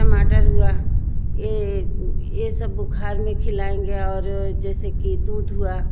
टमाटर हुआ ये ये सब बुख़ार में खिलाएंगे और जैसे कि दूध हुआ